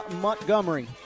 Montgomery